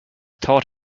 thought